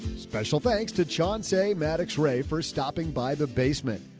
special thanks to chauncey maddix ray for stopping by the basement.